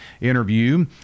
interview